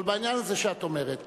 אבל בעניין הזה שאת אומרת,